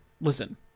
listen